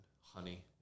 honey